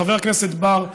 חבר הכנסת בר,